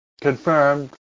confirmed